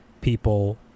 people